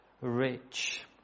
rich